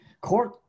court